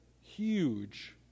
huge